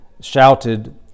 shouted